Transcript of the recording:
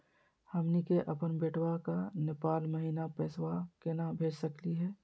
हमनी के अपन बेटवा क नेपाल महिना पैसवा केना भेज सकली हे?